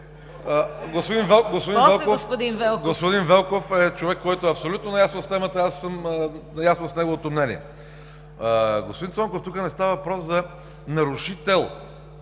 Господин Велков е човек, който е абсолютно наясно с темата. Аз съм наясно с неговото мнение. Господин Цонков, тук не става въпрос за нарушител.